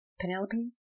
Penelope